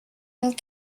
and